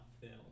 film